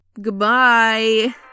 goodbye